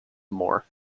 more